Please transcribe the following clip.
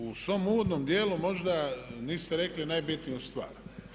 U svom uvodnom dijelu možda niste rekli najbitniju stvar.